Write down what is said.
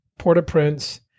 Port-au-Prince